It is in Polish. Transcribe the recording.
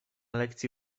lekcji